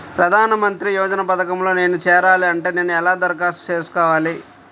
ప్రధాన మంత్రి యోజన పథకంలో నేను చేరాలి అంటే నేను ఎలా దరఖాస్తు చేసుకోవాలి?